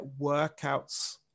workouts